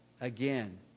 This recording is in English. Again